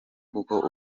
kuko